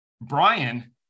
Brian